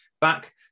back